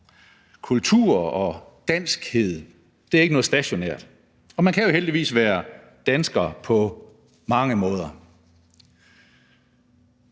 Kultur og danskhed er ikke noget stationært, og man kan jo heldigvis være dansker på mange måder.